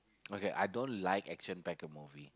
okay I don't like action packed movie